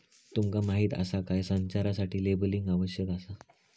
तुमका माहीत आसा काय?, संचारासाठी लेबलिंग आवश्यक आसा